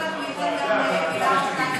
אנחנו נשמח מאוד שייתן מילה או שתיים על,